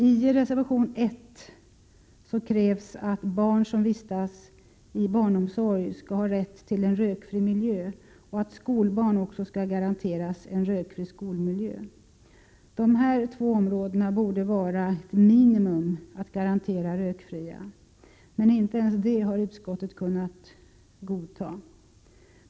I reservation 1 krävs att barn som vistas i barnomsorg skall ha rätt till en rökfri miljö och att skolbarn också skall garanteras en rökfri skolmiljö. Ett minimikrav är att dessa två områden borde garanteras vara rökfria, men inte ens det har utskottet kunna godta.